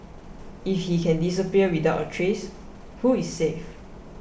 if he can disappear without a trace who is safe